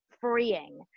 freeing